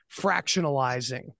fractionalizing